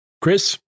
Chris